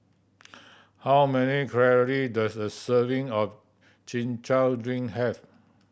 how many calorie does a serving of Chin Chow drink have